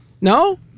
no